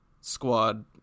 squad